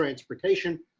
transportation,